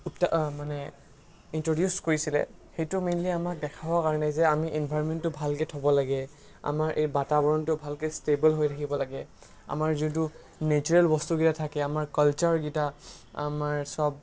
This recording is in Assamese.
এতিয়া মানে ইনট্ৰ'ডিউচ কৰিছিলে সেইটো মেইনলি আমাক দেখাবৰ কাৰণে যে আমি এনভাইৰণমেণ্টটো ভালকৈ থ'ব লাগে আমাৰ এই বাতাৱৰণটো ভালকৈ ষ্টেবল হৈ থাকিব লাগে আমাৰ যোনটো নেচাৰেল বস্তুকেইটা থাকে আমাৰ কালচাৰকেইটা আমাৰ চব